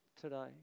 today